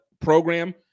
program